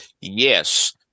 yes